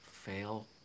fail